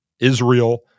Israel